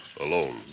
alone